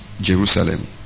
Jerusalem